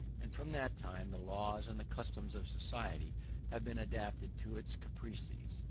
and from that time the laws and the customs of society have been adapted to its caprices.